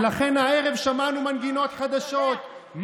ולכן הערב שמענו מנגינות חדשות.